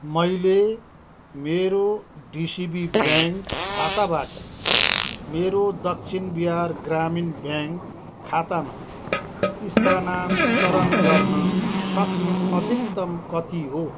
मैले मेरो DCB bank खाताबाट मेरो दक्षिण बिहार ग्रामीण ब्याङ्क खातामा स्थानान्तरण गर्न सक्ने अधिकतम कति हो